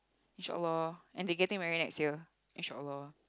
shocked lor and they getting married next year shocked lor